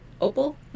Opal